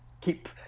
keep